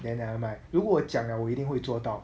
then nevermind 如果我讲了我一定会做到